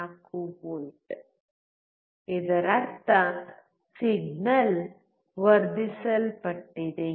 04 V ಇದರರ್ಥ signal ವರ್ಧಿಸಲ್ಪಟ್ಟಿದೆ